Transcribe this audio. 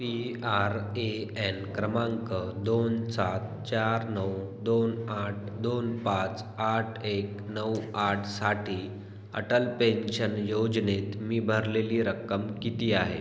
P R A N क्रमांक दोन सात चार नऊ दोन आठ दोन पाच आठ एक नऊ आठसाठी अटल पेन्शन योजनेत मी भरलेली रक्कम किती आहे